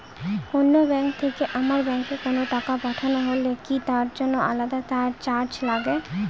অন্য ব্যাংক থেকে আমার ব্যাংকে কোনো টাকা পাঠানো হলে কি তার জন্য আলাদা চার্জ লাগে?